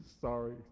sorry